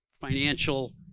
financial